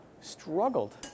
struggled